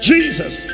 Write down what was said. Jesus